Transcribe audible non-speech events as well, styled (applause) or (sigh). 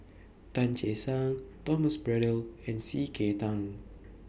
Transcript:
Tan Che Sang Thomas (noise) Braddell and C K Tang